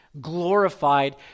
glorified